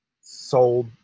sold